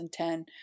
2010